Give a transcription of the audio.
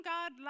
God